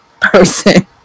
person